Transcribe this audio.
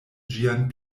ĝian